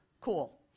cool